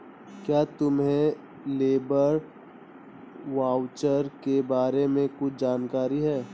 क्या तुम्हें labour voucher के बारे में कुछ जानकारी है?